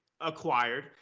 acquired